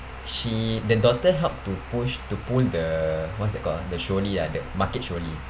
she the daughter help to push to pull the what's that call ah the trolley ah the market trolley